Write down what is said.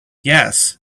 yes